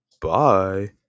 bye